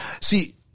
see